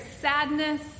sadness